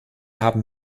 haben